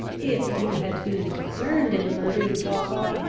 if you had been concerned in the murder you talk of,